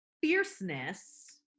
Fierceness